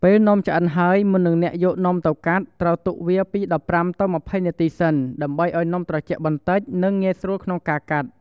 ពេលនំឆ្អិនហើយ មុននឹងអ្នកយកនំទៅកាត់ ត្រូវទុកវាពី ១៥ ទៅ ២០ នាទីសិន ដើម្បីឱ្យនំត្រជាក់បន្តិច និងងាយស្រួលក្នុងការកាត់។